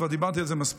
כבר דיברתי על זה מספיק.